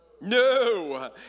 No